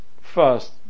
first